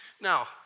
Now